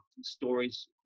Stories